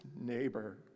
neighbor